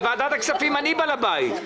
בוועדת הכספים אני בעל הבית.